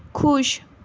ਖੁਸ਼